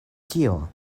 tio